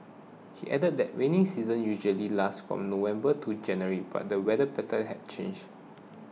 he added that rainy season usually lasts from November to January but the weather patterns had changed